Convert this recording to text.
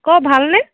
ক ভাল নে